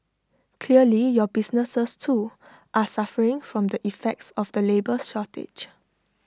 clearly your businesses too are suffering from the effects of the labour shortage